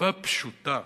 שפה פשוטה.